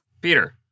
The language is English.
Peter